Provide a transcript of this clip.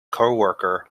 coworker